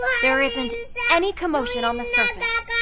there isn't any commotion on the surface,